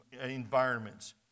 environments